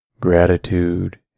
Gratitude